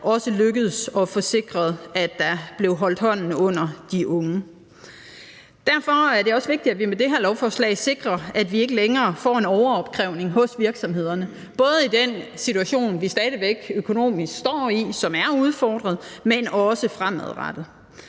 lykkedes at få sikret, at hånden blev holdt under de unge. Derfor er det også vigtigt, at vi med det her lovforslag sikrer, at vi ikke længere får en overopkrævning ude hos virksomhederne. Det er både i den situation, vi stadig væk økonomisk står i, og som er udfordret, men også fremadrettet.